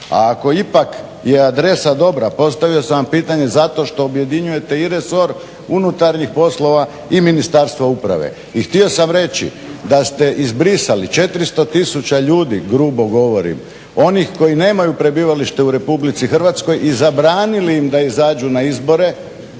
A ako ipak je adresa dobra, postavio sam vam pitanja zato što objedinjujete i resor unutarnjih poslova i Ministarstva uprave. I htio sam reći da ste izbrisali 400 000 ljudi grubo govorim, onih koji nemaju prebivalište u RH i zabranili im da izađu na izbore,